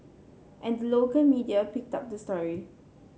and the local media picked up the story